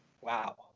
Wow